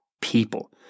people